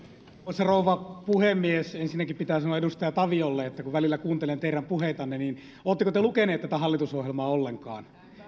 arvoisa rouva puhemies ensinnäkin pitää sanoa edustaja taviolle että välillä kun kuuntelen teidän puheitanne niin oletteko te lukenut tätä hallitusohjelmaa ollenkaan